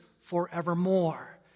forevermore